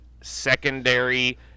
secondary